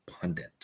pundit